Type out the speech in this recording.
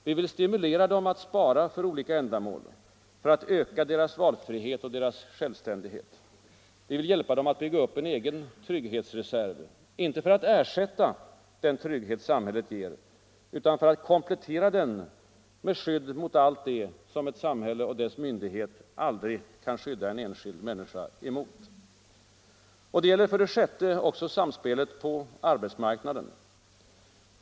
Vi vill stimulera dem att spara för olika ändamål för att öka deras valfrihet och självständighet. Vi vill hjälpa dem att bygga upp en egen trygghetsreserv — inte för att ersätta den trygghet samhället ger utan för att komplettera den med skydd mot allt det som ett samhälle och dess myndigheter aldrig kan skydda en enskild människa emot. 6. Det gäller också samspelet på arbetsmarknaden.